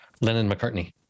Lennon-McCartney